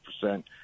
percent